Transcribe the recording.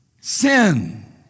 sin